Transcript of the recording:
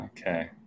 Okay